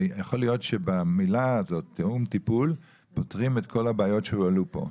ויכול להיות שבמילה הזאת "תיאום טיפול" פותרים את כל הבעיות שהועלו פה.